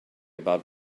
about